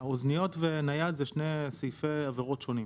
אוזניות ונייד אלה שני סעיפי עבירות שונים.